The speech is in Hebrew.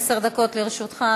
עשר דקות לרשותך.